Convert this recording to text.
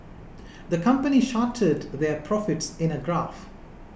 the company charted their profits in a graph